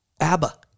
ABBA